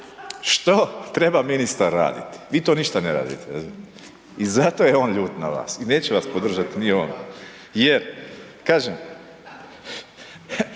što treba ministar raditi. Vi to ništa ne radite i zato je on ljut na vas i neće vas podržati ni on jer kažem